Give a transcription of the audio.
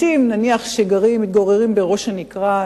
נניח אנשים שמתגוררים בראש-הנקרה,